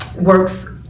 works